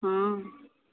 ହଁ